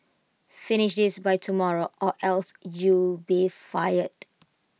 finish this by tomorrow or else you'll be fired